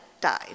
died